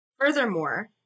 furthermore